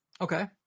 Okay